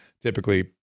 typically